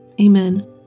Amen